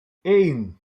één